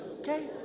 okay